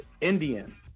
Indian